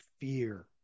fear